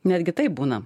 netgi taip būna